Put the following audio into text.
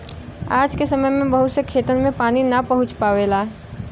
आज के समय में बहुत से खेतन में पानी ना पहुंच पावला